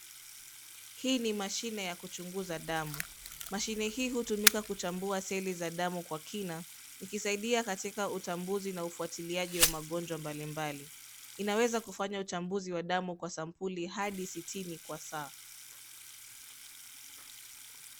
Hii ni mashine ya kuchunguza damu. Mashine hii hutumika kuchambua seli za damu kwa kina ikisaidia katika utambuzi na ufuatiliaji wa magonjwa mbali mbali. Inaweza kufanya uchambuzi wa damu kwa sampuli hadi sitini kwa saa.